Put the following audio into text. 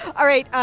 all right.